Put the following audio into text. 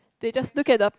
they just look at the